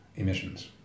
emissions